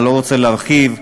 אני לא רוצה להרחיב.